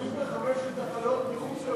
35 התנחלויות מחוץ לגושים.